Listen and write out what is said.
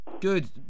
Good